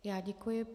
Já děkuji.